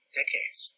decades